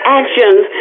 actions